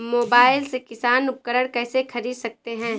Mobile से किसान उपकरण कैसे ख़रीद सकते है?